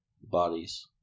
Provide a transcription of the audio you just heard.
bodies